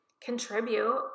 contribute